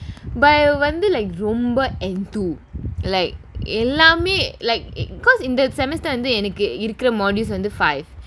but அவ வந்து:ava vanthu like ரொம்ப:romba like எல்லாமே:ellaamae like because இந்த:intha semester வந்து எனக்கு இருக்குற:vanthu enakku irukkura modules வந்து:vanthu five